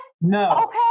No